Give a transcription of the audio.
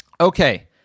Okay